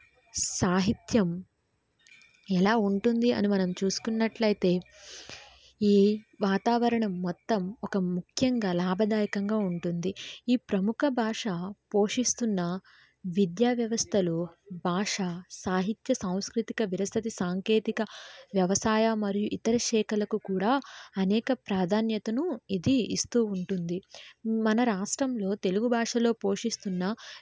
సాహిత్యం ఎలా ఉంటుంది అని మనం చూసుకున్నట్లయితే ఈ వాతావరణం మొత్తం ఒక ముఖ్యంగా లాభదాయకంగా ఉంటుంది ఈ ప్రముఖ భాష పోషిస్తున్న విద్యావ్యవస్థలు భాష సాహిత్య సాంస్కృతిక విరసతి సాంకేతిక వ్యవసాయ మరియు ఇతర శాఖలకు కూడా అనేక ప్రాధాన్యతను ఇది ఇస్తూ ఉంటుంది మన రాష్ట్రంలో తెలుగు భాషలో పోషిస్తున్న